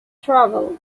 travel